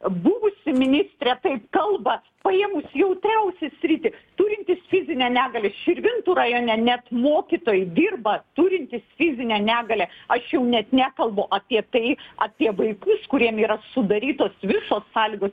buvusi ministrė taip kalba paėmus jautriausią sritį turintys fizinę negalią širvintų rajone net mokytojai dirba turintys fizinę negalią aš jau net nekalbu apie tai apie vaikus kuriem yra sudarytos visos sąlygos